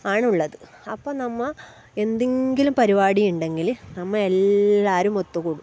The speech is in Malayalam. ആണ് ഉള്ളത് അപ്പം നമ്മൾ എന്തെങ്കിലും പരിപാടി ഉണ്ടെങ്കിൽ നമ്മൾ എല്ലാവരും ഒത്ത് കൂടും